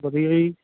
ਵਧੀਆ ਜੀ